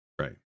Right